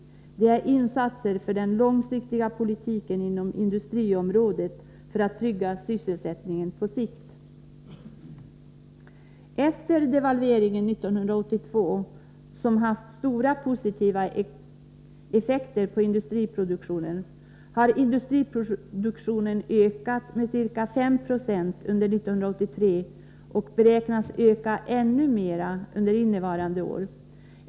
Det är insatser för den långsiktiga politiken inom industriområdet för att trygga sysselsättningen på sikt. Efter devalveringen 1982, som har haft stora positiva effekter på industriproduktionen, har denna produktion ökat med ca 5 96 under 1983 och beräknas öka ännu mer under innevarande år.